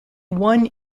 one